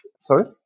Sorry